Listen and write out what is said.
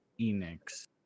Enix